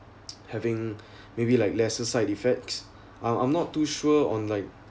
having maybe like lesser side effects um I'm not too sure on like